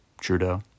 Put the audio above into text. Trudeau